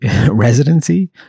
residency